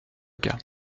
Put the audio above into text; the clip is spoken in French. cas